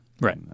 right